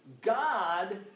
God